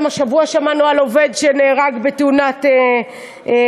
גם השבוע שמענו על עובד שנהרג בתאונת בנייה,